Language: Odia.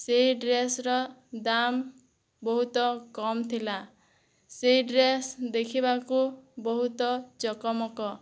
ସେଇ ଡ୍ରେସର ଦାମ ବହୁତ କମ୍ ଥିଲା ସେ ଡ୍ରେସ ଦେଖିବାକୁ ବହୁତ ଚକମକ